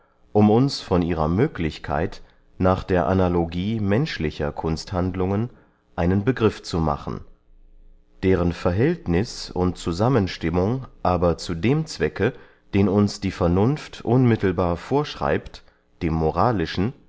um uns von ihrer möglichkeit nach der analogie menschlicher kunsthandlungen einen begriff zu machen deren verhältnis und zusammenstimmung aber zu dem zwecke den uns die vernunft unmittelbar vorschreibt dem moralischen